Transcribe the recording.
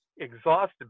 exhausted